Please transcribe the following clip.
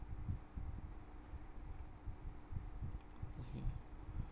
okay